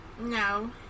No